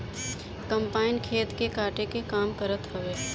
combine खेत के काटे के काम करत हवे